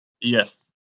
Yes